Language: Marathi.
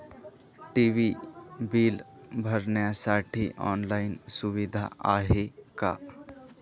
टी.वी बिल भरण्यासाठी ऑनलाईन सुविधा आहे का?